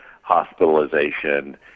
hospitalization